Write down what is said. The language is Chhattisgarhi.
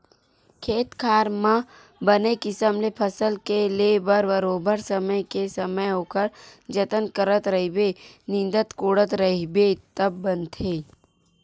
खेत खार म बने किसम ले फसल के ले बर बरोबर समे के समे ओखर जतन करत रहिबे निंदत कोड़त रहिबे तब बनथे